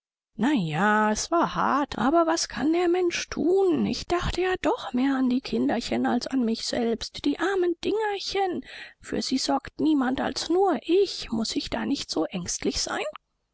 ja es war hart aber was kann der mensch thun ich dachte ja doch mehr an die kinderchen als an mich selbst die armen dingerchen für sie sorgt niemand als nur ich muß ich da nicht so ängstlich sein